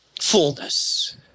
Fullness